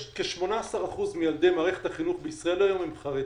כ-18% מילדי מערכת החינוך בישראל היום הם חרדים.